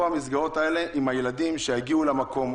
המסגרות האלה והילדים יוכלו להגיע למקום.